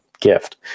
gift